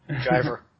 Driver